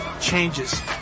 changes